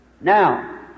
Now